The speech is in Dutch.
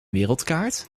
wereldkaart